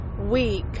week